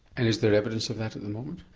and is there evidence of that at the moment?